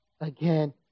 again